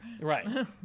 Right